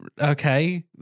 Okay